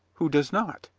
who does not?